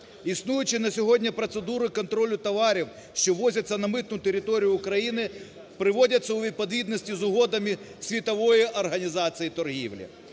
Існуючі на сьогодні процедури контролю товарів, що ввозяться на митну територію України приводяться у відповідності з угодами Світової організації торгівлі.